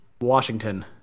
Washington